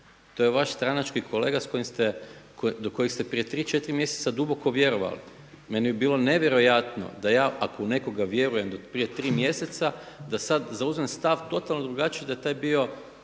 To je vaš stranački kolega s kojim ste, do kojeg ste prije tri, četiri mjeseca duboko vjerovali. Meni bi bilo nevjerojatno da ja ako u nekoga vjerujem od prije tri mjeseca da sada zauzmem stav totalno drugačiji da je taj bio